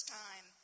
time